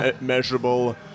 measurable